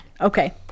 okay